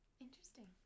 Interesting